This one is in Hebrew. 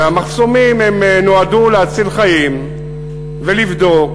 המחסומים נועדו להציל חיים, לבדוק,